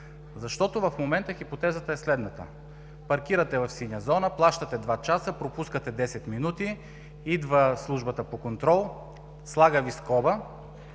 В момента хипотезата е следната: паркирате в синя зона, плащате два часа, пропускате 10 минути, идва службата по контрол, слага Ви скоба,